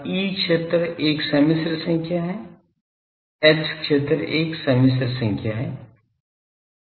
अब E क्षेत्र एक समिश्र संख्या है एच क्षेत्र एक समिश्र संख्या है